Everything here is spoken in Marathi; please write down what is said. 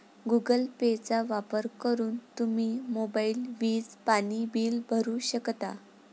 गुगल पेचा वापर करून तुम्ही मोबाईल, वीज, पाणी बिल भरू शकता